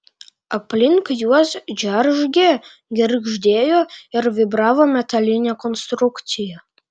aplink juos džeržgė girgždėjo ir vibravo metalinė konstrukcija